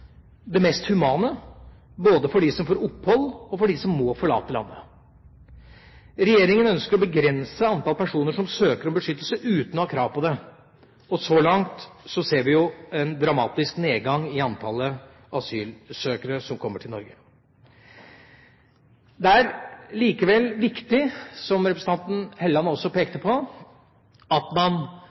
det mest humane, både for dem som får opphold, og for dem som må forlate landet. Regjeringa ønsker å begrense antallet personer som søker om beskyttelse uten å ha krav på det, og så langt ser vi en dramatisk nedgang i antallet asylsøkere som kommer til Norge. Det er likevel viktig, som representanten Helleland også pekte på, at man